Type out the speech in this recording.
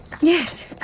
Yes